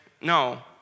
no